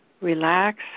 Relax